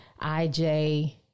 IJ